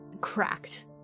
cracked